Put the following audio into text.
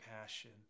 passion